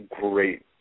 great